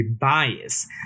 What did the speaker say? bias